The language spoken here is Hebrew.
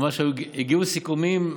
ממש הגיעו לסיכומים,